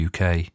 UK